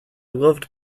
loved